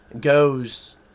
goes